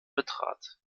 betrat